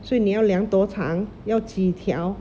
所以你要量多长要几条